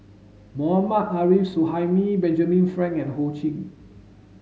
Mohammad Arif Suhaimi Benjamin Frank and Ho Ching